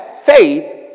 faith